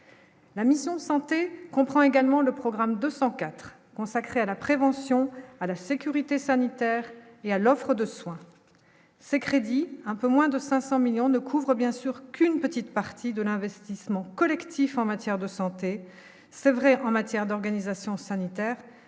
la mission santé comprend également le programme 200 consacré à la prévention à la sécurité sanitaire et à l'offre de soins ces crédits un peu moins de 500 millions ne couvre bien sûr qu'une petite partie de l'investissement collectif en matière de santé c'est vrai en matière d'organisation sanitaire